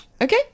Okay